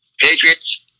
Patriots